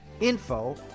info